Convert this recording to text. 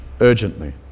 urgently